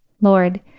Lord